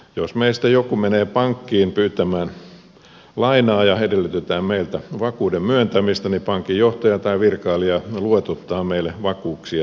jos meistä joku menee pankkiin pyytämään lainaa ja meiltä edellytetään vakuuden myöntämistä niin pankinjohtaja tai virkailija luetuttaa meillä vakuuksien ehdot